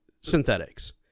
synthetics